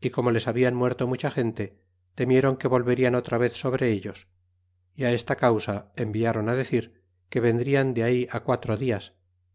y como les hablan muerto mucha gente temieron que volverian otra vez sobre ellos y á esta causa enviaron á decir que vendrian de ahí á qua tro dias